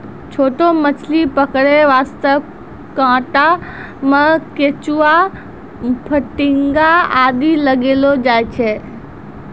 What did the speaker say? छोटो मछली पकड़ै वास्तॅ कांटा मॅ केंचुआ, फतिंगा आदि लगैलो जाय छै